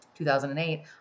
2008